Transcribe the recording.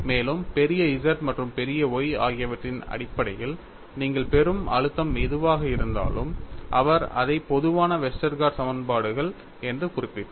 மேலும் பெரிய Z மற்றும் பெரிய Y ஆகியவற்றின் அடிப்படையில் நீங்கள் பெறும் அழுத்தம் எதுவாக இருந்தாலும் அவர் அதை பொதுவான வெஸ்டர்கார்ட் சமன்பாடுகள் என்று குறிப்பிட்டார்